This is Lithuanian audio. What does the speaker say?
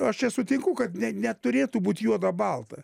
aš čia sutinku kad ne neturėtų būt juoda balta